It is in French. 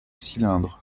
cylindre